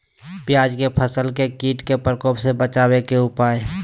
प्याज के फसल के कीट के प्रकोप से बचावे के उपाय?